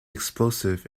explosive